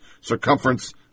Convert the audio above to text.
circumference